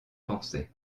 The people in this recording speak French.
pensais